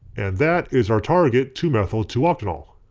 and that is our target two methyl two octanol.